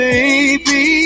Baby